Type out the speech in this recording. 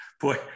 Boy